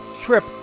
trip